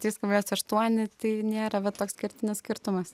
trys kablelis aštuoni tai nėra va toks kertinis skirtumas